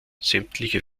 sämtliche